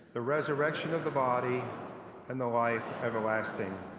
the resurrection of the body and the life ever lasting,